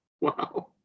Wow